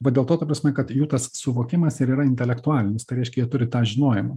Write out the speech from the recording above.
vat dėl to ta prasme kad jų tas suvokimas ir yra intelektualinis tai reiškia jie turi tą žinojimą